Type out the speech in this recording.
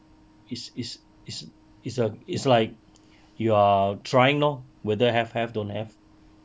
it's it's it's it's a it's like you are trying lor whether have have don't have